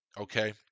Okay